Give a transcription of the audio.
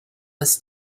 less